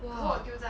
!wah!